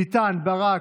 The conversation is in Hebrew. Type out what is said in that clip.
דוד ביטן,